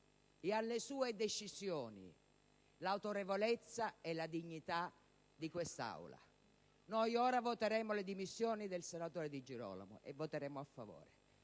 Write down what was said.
e alle sue decisioni l'autorevolezza e la dignità di quest'Aula. Noi ora voteremo le dimissioni del senatore Di Girolamo, e voteremo a favore,